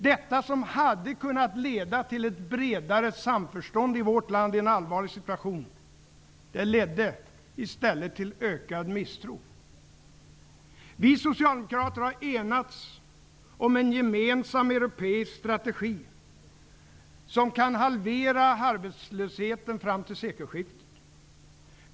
Detta, som hade kunnat leda till ett bredare samförstånd i vårt land i en allvarlig situation, ledde i stället till ökad misstro. Vi socialdemokrater har enats om en gemensam europeisk strategi, som kan halvera arbetslösheten fram till sekelskiftet.